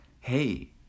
hey